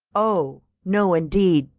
oh, no indeed,